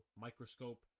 microscope